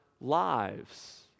lives